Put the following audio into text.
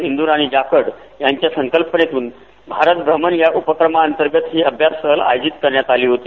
इंद्राणी जाखड याच्या सकल्पनेतून भारतभ्रमण या उपक्रमाअंतर्गत ही अभ्यास सहल आयोजित करण्यात आली होती